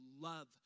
love